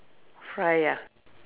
fry ah